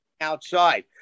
outside